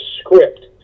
script